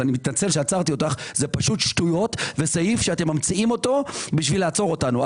אני מתנצל שעצרתי אותך זה סעיף שאתם ממציאים אותו כדי לעצור אותנו.